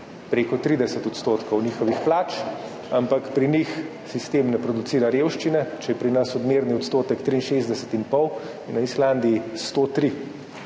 prek 30 % svojih plač, ampak pri njih sistem ne producira revščine. Če je pri nas odmerni odstotek 63 in pol, je na Islandiji 103,